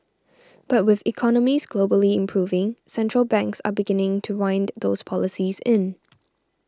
but with economies globally improving central banks are beginning to wind those policies in